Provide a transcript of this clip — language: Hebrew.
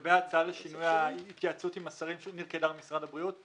לגבי הצעה לשינוי ההתייעצות עם השרים מכיוון